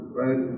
right